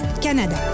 Canada